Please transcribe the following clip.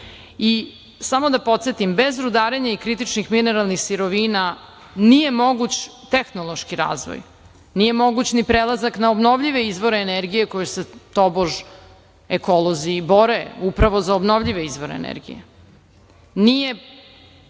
da podsetim. Bez rudara i kritičnih mineralnih sirovina nije moguć tehnološki razvoj, nije moguć ni prelazak na obnovljive izvore energije za koje su tobož ekolozi bore upravo za obnovljive izvore energije.